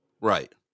right